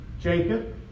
Jacob